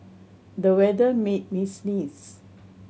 the weather made me sneeze